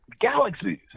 galaxies